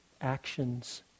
actions